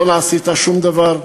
לא עשית שום דבר.